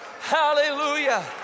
Hallelujah